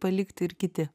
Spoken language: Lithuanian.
palikti ir kiti